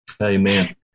Amen